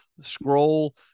scroll